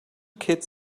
kid